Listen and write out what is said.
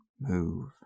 move